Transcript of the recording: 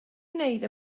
wneud